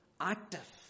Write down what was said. active